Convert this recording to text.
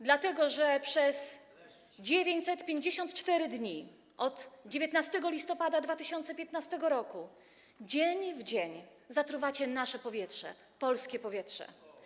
Dlatego że przez 954 dni od 19 listopada 2015 r. dzień w dzień zatruwacie nasze powietrze, polskie powietrze.